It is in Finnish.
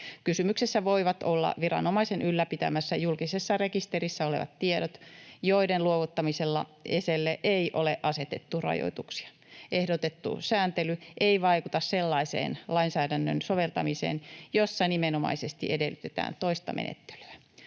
Kysymyksessä voivat olla viranomaisen ylläpitämässä julkisessa rekisterissä olevat tiedot, joiden luovuttamiselle ei ole asetettu rajoituksia. Ehdotettu sääntely ei vaikuta sellaiseen lainsäädännön soveltamiseen, jossa nimenomaisesti edellytetään toista menettelyä.